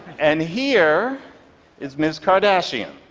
and here is ms. kardashian,